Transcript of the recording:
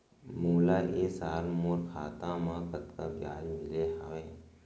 मोला ए साल मोर खाता म कतका ब्याज मिले हवये?